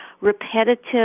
repetitive